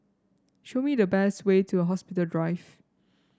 show me the best way to Hospital Drive